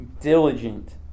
diligent